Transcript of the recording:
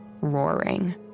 roaring